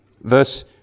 verse